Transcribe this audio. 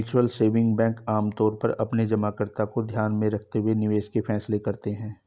mutual saving bank आमतौर पर अपने जमाकर्ताओं को ध्यान में रखते हुए निवेश के फैसले करते हैं